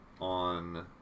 on